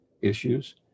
issues